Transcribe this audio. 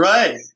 Right